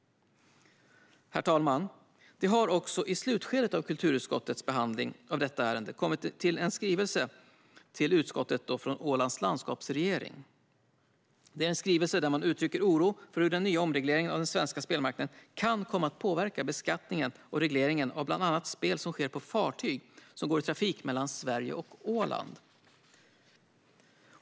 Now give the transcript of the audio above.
Herr talman! Det har också i slutskedet av kulturutskottets behandling av detta ärende kommit en skrivelse till utskottet från Ålands landskapsregering. Det är en skrivelse där man uttrycker oro för hur omregleringen av den svenska spelmarknaden kan komma att påverka beskattningen och regleringen av bland annat spel som sker på fartyg som går i trafik mellan Sverige och Åland.